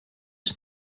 mis